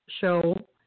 show